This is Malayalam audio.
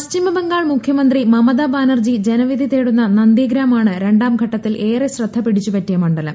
പശ്ചിമ ബംഗാൾ മുഖ്യമന്ത്രി മമതാ ബാനർജി ജനവിധി തേടുന്ന നന്ദിഗ്രാം ആണ് രണ്ടാം ഘട്ടത്തിൽ ഏറെ ശ്രദ്ധ പിടിച്ചുപറ്റിയ മണ്ഡലം